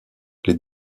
les